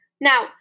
Now